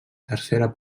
tercera